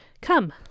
Come